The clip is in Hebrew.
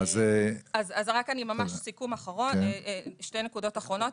רק שתי נקודות אחרונות.